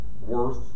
worth